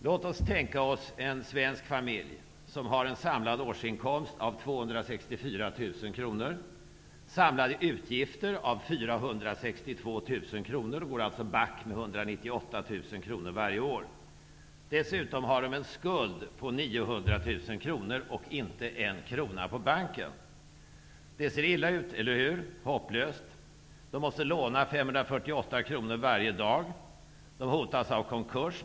Låt oss tänka oss en svensk familj, med en samlad årsinkomst av 264 000 kr och med samlade utgifter till ett belopp av 462 000 kr. Familjen går alltså ''back'' med 198 000 kr varje år. Familjen har dessutom en skuld på 900 000 och inte en krona på banken. Det ser illa ut, eller hur -- Familjen hotas av konkurs.